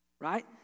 right